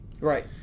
Right